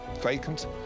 vacant